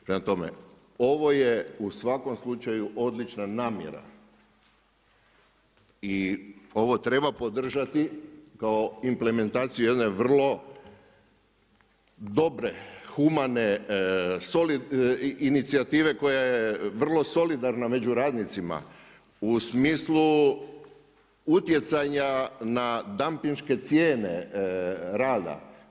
Prema tome, ovo je u svakom slučaju odlična namjera i ovo treba podržati kao implementaciju jedne vrlo dobre, humane inicijative koja je vrlo solidarna među radnicima u smislu utjecanja na dampinške cijene rada.